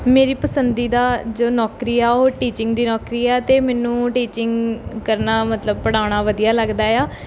ਮੇਰੀ ਪਸੰਦੀਦਾ ਜੋ ਨੌਕਰੀ ਆ ਉਹ ਟੀਚਿੰਗ ਦੀ ਨੌਕਰੀ ਆ ਅਤੇ ਮੈਨੂੰ ਟੀਚਿੰਗ ਕਰਨਾ ਮਤਲਬ ਪੜ੍ਹਾਉਣਾ ਵਧੀਆ ਲੱਗਦਾ ਆ